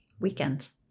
weekends